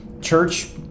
church